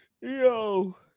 Yo